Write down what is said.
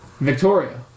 Victoria